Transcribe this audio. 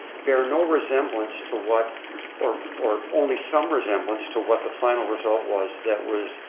bear no resemblance to what or or only some resemblance to what the final result was that was